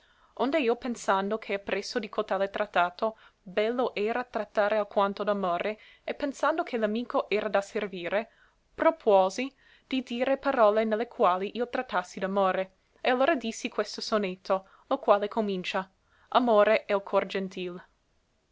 onde io pensando che appresso di cotale trattato bello era trattare alquanto d'amore e pensando che l'amico era da servire propuosi di dire parole ne le quali io trattassi d'amore e allora dissi questo sonetto lo qual comincia amore e l cor gentil